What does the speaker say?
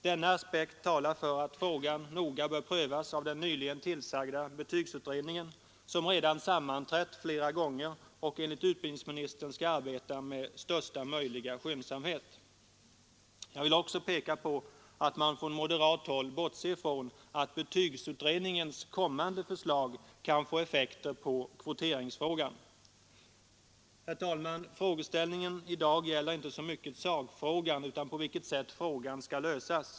Denna aspekt talar för att frågan noga bör prövas av den nyligen tillsatta betygsutredningen, som redan sammanträtt flera gånger och enligt utbildningsministern skall arbeta med största möjliga skyndsamhet. Jag vill också peka på att man från moderat håll bortser från att betygsutredningens kommande förslag kan få effekter på kvoteringsfrågan. Herr talman! Frågeställningen i dag gäller inte så mycket sakfrågan utan på vilket sätt frågan skall lösas.